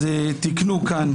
תיקנו כאן,